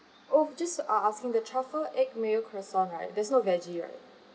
oh just uh asking the truffle egg mayo croissant right there's no veggie right